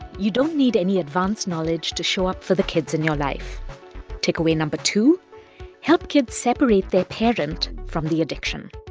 you don't need any advance knowledge to show up for the kids in your life takeaway no. and um but two help kids separate their parent from the addiction